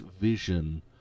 vision